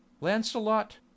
Lancelot